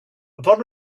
upon